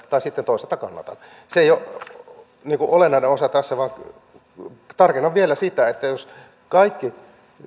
tai sitten toisaalta kannatan mutta se ei ole olennainen osa tässä tarkennan vielä sitä että jos kaikki